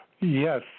Yes